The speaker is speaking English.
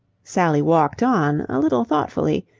sally walked on, a little thoughtfully.